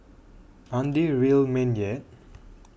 aren't they real men yet